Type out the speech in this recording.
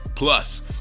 Plus